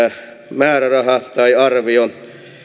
määräraha tai arvio